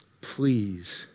Please